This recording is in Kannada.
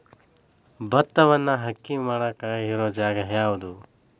ಭತ್ತವನ್ನು ಅಕ್ಕಿ ಮಾಡಾಕ ಇರು ಜಾಗ ಯಾವುದು?